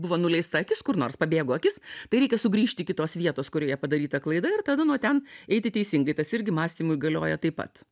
buvo nuleista akis kur nors pabėgo akis tai reikia sugrįžt iki tos vietos kurioje padaryta klaida ir tada nuo ten eiti teisingai tas irgi mąstymui galioja taip pat